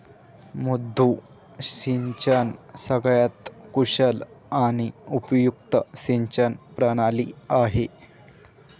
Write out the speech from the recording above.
मुद्दू सिंचन सगळ्यात कुशल आणि उपयुक्त सिंचन प्रणाली आहे